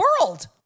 world